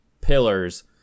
pillars